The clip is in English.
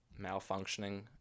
malfunctioning